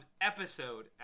episode